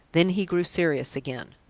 then he grew serious again.